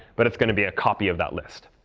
but it's going to be a copy of that list.